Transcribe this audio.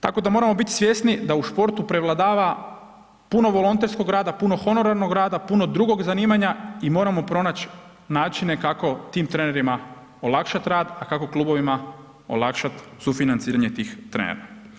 Tako da moramo biti svjesni da u športu prevladava puno volonterskog rada, puno honorarnog rada, puno drugog zanimanja i moramo pronaći načine kako tim trenerima olakšat rad a kako klubovima olakšat sufinanciranje tih trenera.